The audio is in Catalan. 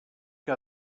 que